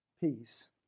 peace